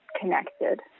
connected